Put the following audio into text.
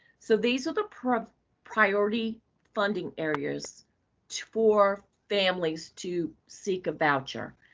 so these are the priority priority funding areas for families to seek a voucher.